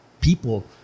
people